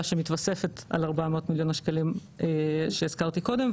שמתווספת על 400 מיליון השקלים שהזכרתי קודם,